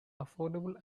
affordable